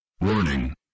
Warning